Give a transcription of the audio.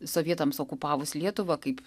sovietams okupavus lietuvą kaip